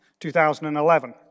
2011